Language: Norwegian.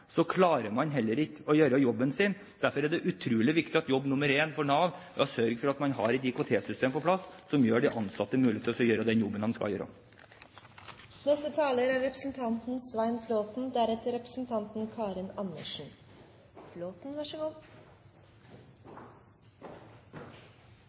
klarer man heller ikke å gjøre jobben sin. Derfor er det utrolig viktig at jobb nr. én for Nav er å sørge for at man har et IKT-system på plass som gjør det mulig for de ansatte å gjøre den jobben de skal